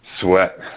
sweat